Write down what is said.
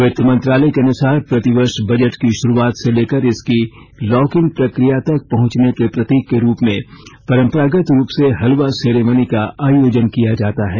वित्त मंत्रालय के अनुसार प्रतिवर्ष बजट की शुरूआत से लेकर इसकी लॉकइन प्रक्रिया तक पहुंचने के प्रतीक के रूप में परंपरागत रूप से हलवा सेरेमनी का आयोजन किया जाता है